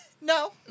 No